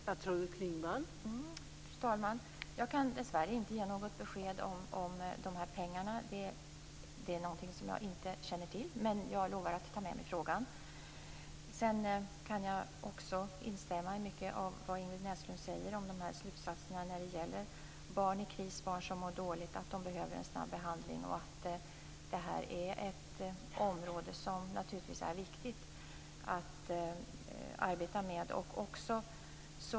Fru talman! Jag kan dessvärre inte ge något besked om pengarna. Det är någonting som jag inte känner till, men jag lovar att ta med mig frågan. Jag kan instämma i mycket av vad Ingrid Näslund säger om slutsatserna när det gäller att barn i kris och barn som mår dåligt behöver en snabb behandling. Detta är ett område som det naturligtvis är viktigt att arbeta med.